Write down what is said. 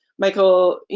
michael